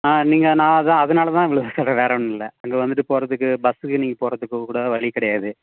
ஆ நீங்கள் நான் அதுதான் அதனால தான் இவ்வளோ சொல்கிறேன் வேறு ஒன்றும் இல்லை அங்கே வந்துட்டு போகிறதுக்கு பஸ்ஸுக்கு நீங்கள் போகிறதுக்கு கூட வழி கிடையாது